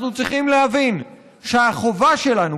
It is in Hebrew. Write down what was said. אנחנו צריכים להבין שהחובה שלנו,